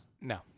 No